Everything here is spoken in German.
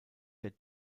der